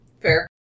Fair